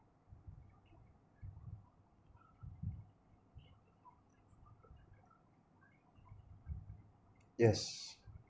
yes